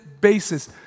basis